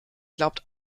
glaubt